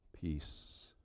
peace